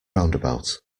roundabout